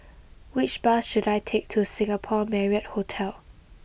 which bus should I take to Singapore Marriott Hotel